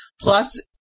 Plus